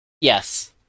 Yes